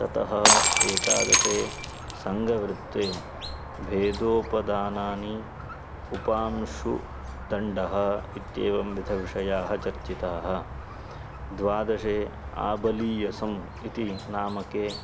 ततः एकादशे सङ्गवृत्ते भेदोपदानानि उपांशुदण्डः इत्येवं विविधाः विषयाः चर्चिताः द्वादशे आबलीयसम् इति नामके